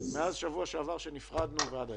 מאז שבוע שעבר עד היום.